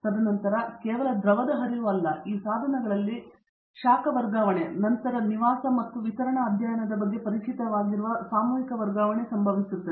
ತದನಂತರ ಕೇವಲ ದ್ರವದ ಹರಿವು ಅಲ್ಲ ಈ ಸಾಧನಗಳಲ್ಲಿ ಶಾಖ ವರ್ಗಾವಣೆ ಮತ್ತು ನಂತರ ನಿವಾಸ ಮತ್ತು ವಿತರಣಾ ಅಧ್ಯಯನದ ಬಗ್ಗೆ ಪರಿಚಿತವಾಗಿರುವ ಸಾಮೂಹಿಕ ವರ್ಗಾವಣೆ ಸಂಭವಿಸುತ್ತದೆ